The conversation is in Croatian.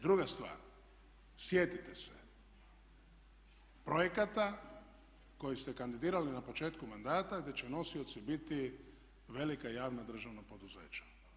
Druga stvar, sjetite se projekata koje ste kandidirali na početku mandata da će nosioci biti velika javna državna poduzeća.